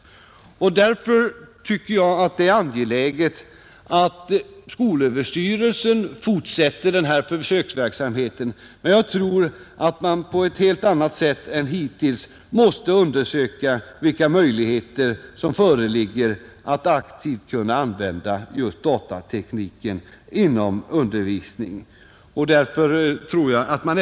Därför tycker jag att det är angeläget att skolöverstyrelsen fortsätter försöksverksamheten men att man på ett helt annat sätt än hittills måste undersöka vilka möjligheter som föreligger att aktivt använda datorer inom undervisningen.